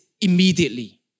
immediately